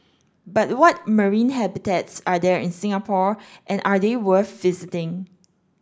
but what marine habitats are there in Singapore and are they worth visiting